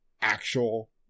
actual